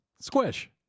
Squish